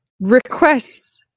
requests